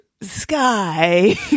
sky